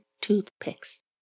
toothpicks